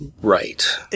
right